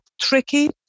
tricky